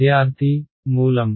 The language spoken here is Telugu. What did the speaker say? విద్యార్థి మూలం